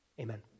Amen